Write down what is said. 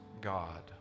God